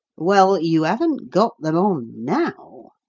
well, you haven't got them on now,